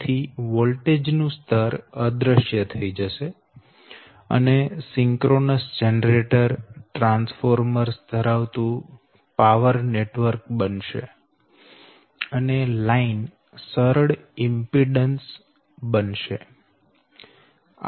તેથી વોલ્ટેજ નું સ્તર અદૃશ્ય થઈ જશે અને સિન્ક્રોનસ જનરેટર ટ્રાન્સફોર્મર્સ ધરાવતું પાવર નેટવર્ક બનશે અને લાઈન સરળ ઈમ્પીડન્સ બનશે